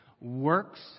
works